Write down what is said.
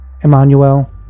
Emmanuel